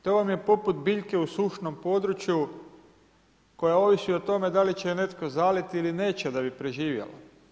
To vam je poput biljke u sušnom području koja ovisi o tome da li će je netko zaliti ili neće da bi preživjela.